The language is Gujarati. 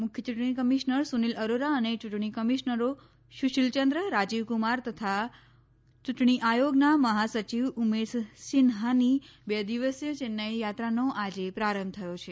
મુખ્ય ચૂંટણી કમિશનર સુનિલ અરોરા અને ચૂંટણી કમિશનરો સુશીલ ચંદ્ર રાજીવકુમાર તથા ચૂંટણી આયોગના મહાસચિવ ઉમેશ સિન્હાની બે દિવસીય ચેન્નાઇ યાત્રાનો આજે પ્રારંભ થયો છે